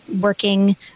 working